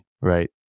right